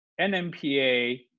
NMPA